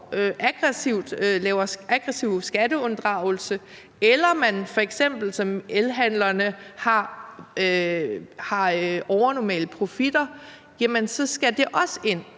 skyldig i aggressiv skatteunddragelse eller man f.eks. som elhandlerne har overnormale profitter, så skal det også ind